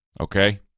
Okay